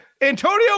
Antonio